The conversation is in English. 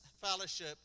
fellowship